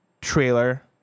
trailer